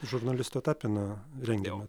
žurnalisto tapino rengiama